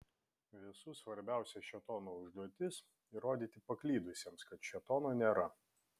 visų svarbiausia šėtono užduotis įrodyti paklydusiems kad šėtono nėra